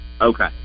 Okay